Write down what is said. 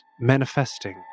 manifesting